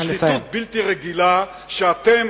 שחיתות בלתי רגילה שאתה,